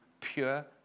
pure